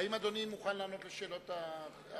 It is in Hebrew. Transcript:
האם אדוני מוכן לענות על שאלות החברים?